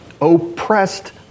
oppressed